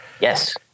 Yes